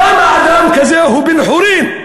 למה אדם כזה הוא בן-חורין?